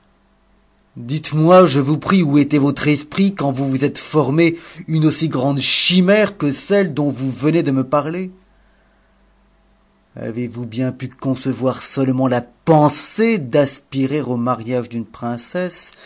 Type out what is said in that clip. dites-moi je vous prie où était votre esprit quand vous vous êtes formé une aussi grande chimère que celle dont vous e nez de me parler avez-vous bien pu concevoir seulement la pensée d'aspirer au mariage d'une princesse